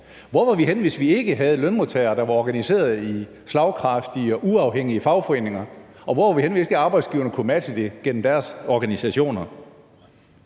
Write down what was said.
Hvor var vi henne, hvis vi ikke havde lønmodtagere, der var organiseret i slagkraftige og uafhængige fagforeninger? Og hvor var vi henne, hvis ikke arbejdsgiverne kunne matche det gennem deres organisationer?